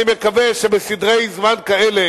שבסדרי זמן כאלה